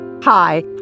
Hi